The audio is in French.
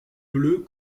bleues